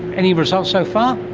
any results so far?